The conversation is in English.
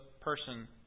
person